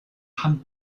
hand